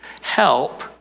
help